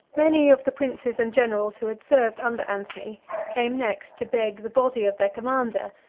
many of the princes and generals who had served under antony came next to beg the body of their commander,